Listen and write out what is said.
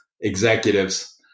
executives